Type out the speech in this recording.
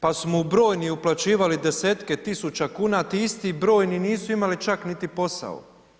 Pa su mu brojni uplaćivali desetke tisuća kuna, ti isti brojni nisu imali čak niti posao.